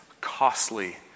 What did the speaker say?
costly